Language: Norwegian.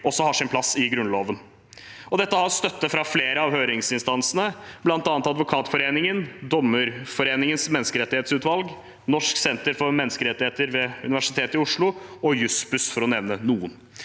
også har sin plass i Grunnloven. Dette har støtte fra flere av høringsinstansene, bl.a. Advokatforeningen, Dommerforeningens menneskerettighetsutvalg, Norsk senter for menneskerettigheter ved Universitetet i Oslo og Jussbuss, for å nevne noen.